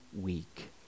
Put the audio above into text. week